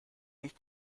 ich